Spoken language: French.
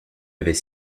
avait